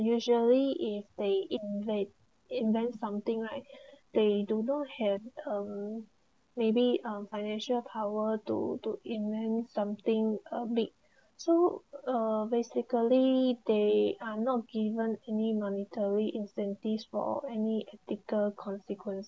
usually if they invade invent something right they don't know have um maybe um financial power to to invent something a bit so uh basically they are not given any monetary incentives for any article consequence